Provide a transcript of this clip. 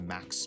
Max